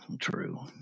true